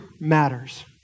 matters